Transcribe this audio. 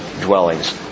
dwellings